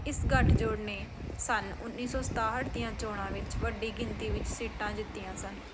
ਇਸ ਗੱਠਜੋੜ ਨੇ ਸੰਨ ਉੱਨੀ ਸੌ ਸਤਾਹਟ ਦੀਆਂ ਚੋਣਾਂ ਵਿੱਚ ਵੱਡੀ ਗਿਣਤੀ ਵਿੱਚ ਸੀਟਾਂ ਜਿੱਤੀਆਂ ਸਨ